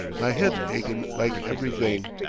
my head's achin' like everything.